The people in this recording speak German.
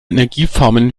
energieformen